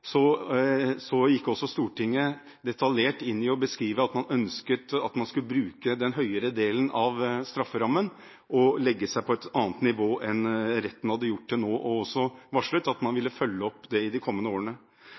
beskrive at man ønsket at man skulle bruke den øvre delen av strafferammen og legge seg på et annet nivå enn retten hadde gjort til da. Man varslet også at man ville følge det opp i de kommende årene.